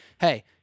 Hey